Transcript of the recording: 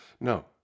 No